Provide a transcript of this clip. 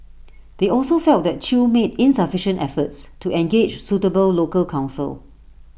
they also felt that chew made insufficient efforts to engage suitable local counsel